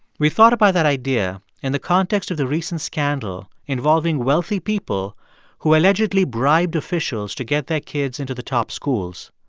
we thought about that idea in the context of the recent scandal involving wealthy people who allegedly bribed officials to get their kids into the top schools.